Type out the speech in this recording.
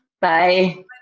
Bye